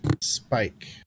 Spike